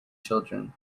children